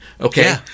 okay